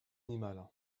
animale